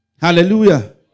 Hallelujah